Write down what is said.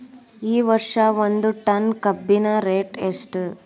ಈ ವರ್ಷ ಒಂದ್ ಟನ್ ಕಬ್ಬಿನ ರೇಟ್ ಎಷ್ಟು?